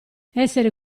essere